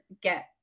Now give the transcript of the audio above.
get